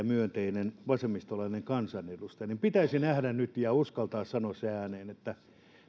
myönteinen vasemmistolainen kansanedustaja mutta pitäisi nähdä nyt ja uskaltaa sanoa se ääneen että